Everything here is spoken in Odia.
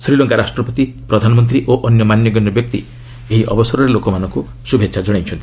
ଶ୍ରୀଲଙ୍କା ରାଷ୍ଟ୍ରପତି ପ୍ରଧାନମନ୍ତ୍ରୀ ଓ ଅନ୍ୟ ମାନ୍ୟଗଣ୍ୟ ବ୍ୟକ୍ତି ଏହି ଅବସରରେ ଲୋକମାନଙ୍କୁ ଶୁଭେଚ୍ଛା କଣାଇଛନ୍ତି